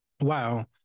Wow